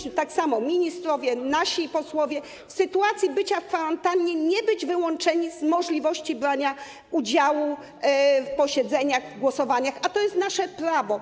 I tak samo ministrowie, nasi posłowie w sytuacji bycia w kwarantannie mogli nie być wyłączeni z możliwości brania udziału w posiedzeniach, głosowaniach, a to jest nasze prawo.